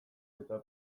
eta